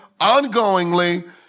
ongoingly